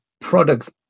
products